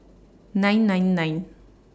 nine nine nine